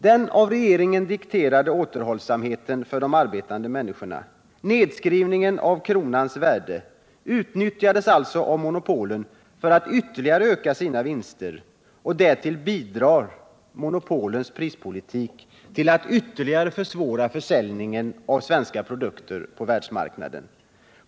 Den av regeringen dikterade återhållsamheten för de arbetande människorna och nedskrivningen av kronans värde utnyttjades alltså av monopolen för att de ytterligare skulle kunna öka sina vinster. Därutöver bidrar monopolens prispolitik till att ytterligare försvåra försäljningen av svenska produkter på världsmarknaden.